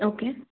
okay